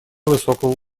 высокого